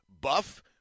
buff